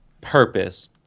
purpose